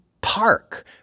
Park